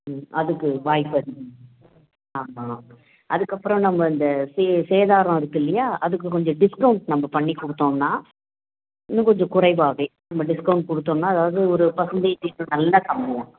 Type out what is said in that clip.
ம் அதுக்கு வாய்ப்பு அதிகம் ஆமாம் அதுக்கப்பறம் நம்ம இந்த சே சேதாரம் இருக்கில்லையா அதுக்கு கொஞ்சம் டிஸ்கௌண்ட் நம்ப பண்ணிக் கொடுத்தோன்னா இன்னும் கொஞ்சம் குறைவாகவே நம்ம டிஸ்கௌண்ட் கொடுத்தோன்னா அதாவது ஒரு பர்சன்டேஜுக்கு நல்லா கம்மியாக